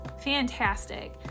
fantastic